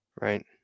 Right